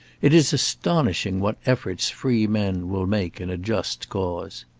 it is astonishing what efforts freemen will make in a just cause.